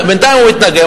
בינתיים הוא מתנגד,